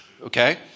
okay